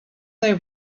they